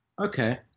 Okay